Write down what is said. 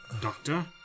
Doctor